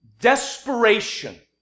Desperation